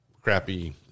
crappy